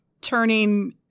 turning